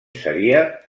seria